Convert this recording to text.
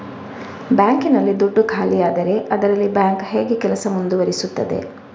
Bank ನಲ್ಲಿ ದುಡ್ಡು ಖಾಲಿಯಾದರೆ ಅದರಲ್ಲಿ ಬ್ಯಾಂಕ್ ಹೇಗೆ ಕೆಲಸ ಮುಂದುವರಿಸುತ್ತದೆ?